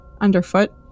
underfoot